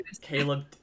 Caleb